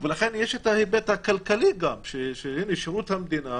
לכן, יש גם את ההיבט הכלכלי שהינה שירות המדינה